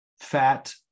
Fat